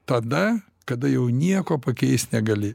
tada kada jau nieko pakeist negali